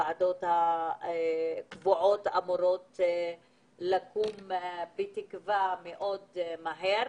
כי הוועדות הקבועות אמורות לקום מאוד מהר.